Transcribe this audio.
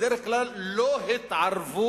בדרך כלל לא התערבו